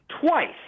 twice